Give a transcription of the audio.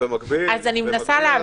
אני מנסה להבין,